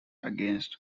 against